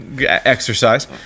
exercise